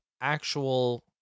actual